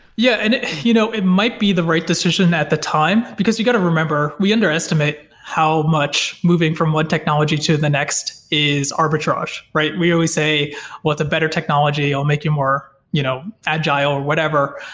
yeah. and it you know it might be the right decision at the time, because you got to remember we underestimate how much moving from one technology to the next is arbitrage, right? we always say with the better technology, i'll make you more you know agile, or whatever.